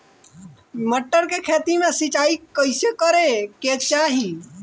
मटर के खेती मे सिचाई कइसे करे के चाही?